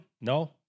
No